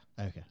Okay